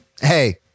Hey